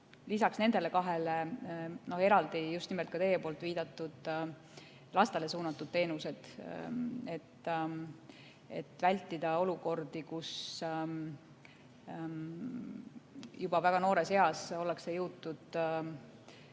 Lisaks nendele kahele on eraldi just nimelt lastele suunatud teenused, et vältida olukordi, kus juba väga noores eas ollakse jõudnud